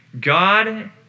God